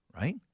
Right